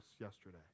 yesterday